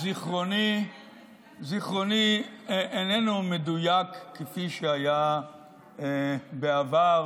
זיכרוני איננו מדויק כפי שהיה בעבר,